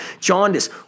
jaundice